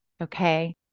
Okay